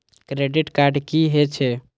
Credit card की हे छे?